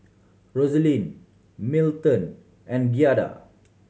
Rosalyn Milton and Giada